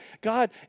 God